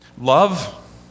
love